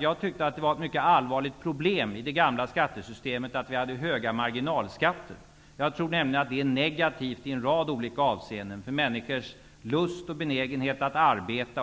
Jag tyckte det var ett mycket allvarligt problem i det gamla skattesystemet att vi hade höga marginalskatter. Jag tror nämligen att det är negativt i en rad olika avseenden för människors lust och benägenhet att arbeta.